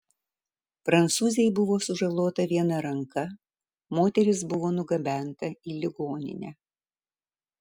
prancūzei buvo sužalota viena ranka moteris buvo nugabenta į ligoninę